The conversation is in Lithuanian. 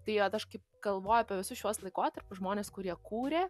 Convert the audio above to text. tai vat aš kaip galvoju apie visus šiuos laikotarpius žmones kurie kūrė